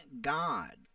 God